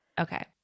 Okay